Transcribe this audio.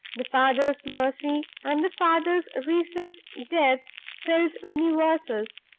the father's mercy and the father's recent death filled many verses,